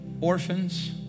orphans